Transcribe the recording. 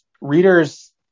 readers